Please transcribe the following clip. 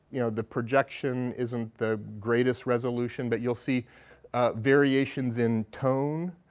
you know, the projection isn't the greatest resolution, but you'll see variations in tone,